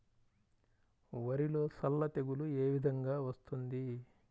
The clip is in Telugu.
వరిలో సల్ల తెగులు ఏ విధంగా వస్తుంది?